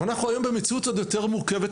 אבל אנחנו היום במציאות עוד יותר מורכבת,